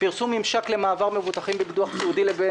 פרסום ממשק למעבר מבוטחים בביטוח סיעודי בין